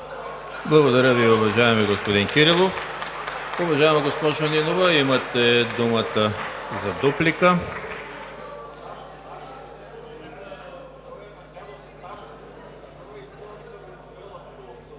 Благодаря Ви, уважаеми господин Кирилов. Уважаема госпожо Нинова, имате думата за дуплика.